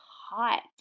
hot